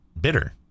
bitter